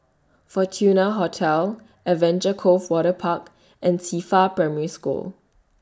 Fortuna Hotel Adventure Cove Waterpark and Qifa Primary School